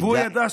לא יודע,